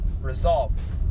results